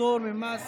פטור ממס